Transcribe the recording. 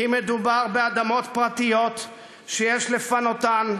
כי מדובר באדמות פרטיות שיש לפנותן,